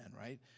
right